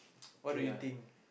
what do you think